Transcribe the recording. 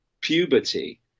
puberty